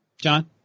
John